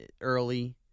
early